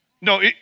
No